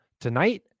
Tonight